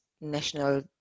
National